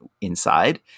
inside